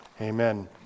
amen